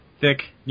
thick